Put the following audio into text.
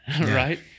right